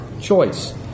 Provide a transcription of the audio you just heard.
choice